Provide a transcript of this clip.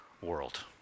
world